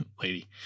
lady